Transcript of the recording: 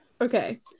Okay